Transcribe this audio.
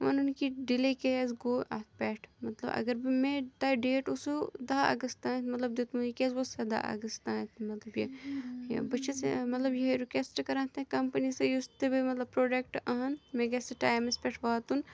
وَنُن کہِ ڈِلے کیٛازِ گوٚو اَتھ پٮ۪ٹھ مطلب اگر مےٚ تۄہہِ ڈیٹ اوسوٗ دَہ اَگست تانٮ۪تھ مطلب دیُتمُت یہِ کیٛازِ گوٚو سَداہ اَگست تانٮ۪تھ مطلب یہِ یہِ بہٕ چھَس مطلب یِہٕے رُکٮ۪سٹہٕ کَران تۄہہِ کَمپٔنی سۭتۍ یُس تہٕ بیٚیہِ مطلب پرٛوڈَکٹہٕ اَن مےٚ گژھِ سُہ ٹایمَس پٮ۪ٹھ واتُن